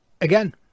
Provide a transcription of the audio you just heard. again